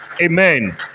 Amen